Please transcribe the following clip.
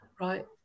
right